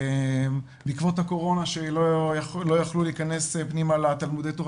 ובעקבות הקורונה שלא יכלו להכנס פנימה לתלמודי תורה